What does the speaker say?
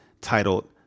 titled